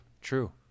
True